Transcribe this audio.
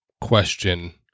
question